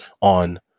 on